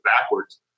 backwards